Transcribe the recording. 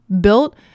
built